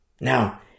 now